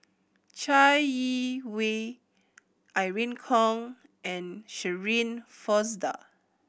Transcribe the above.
Chai Yee Wei Irene Khong and Shirin Fozdar